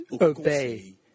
obey